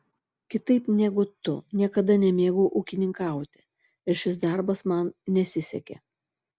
kitaip negu tu niekada nemėgau ūkininkauti ir šis darbas man nesisekė